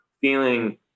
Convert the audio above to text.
feeling